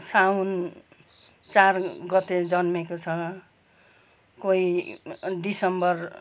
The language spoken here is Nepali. साउन चार गते जन्मेको छ कोही डिसेम्बर